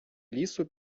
лісу